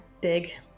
big